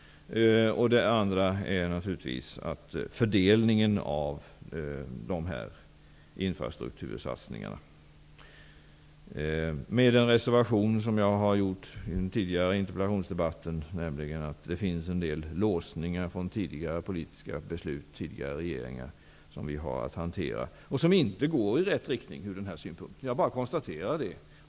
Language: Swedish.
För det andra är det naturligtvis en förändring i fråga om fördelningen av infrastruktursatsningarna. Jag säger detta med den reservation som jag har gjort i den tidigare interpellationsdebatten, nämligen att det finns en del låsningar från tidigare politiska beslut och tidigare regeringar som vi har att hantera och som inte går i rätt riktning ur den här synpunkten. Jag bara konstaterar det.